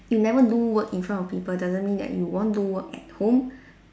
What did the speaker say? you never do work in front of people doesn't mean that you won't do work at home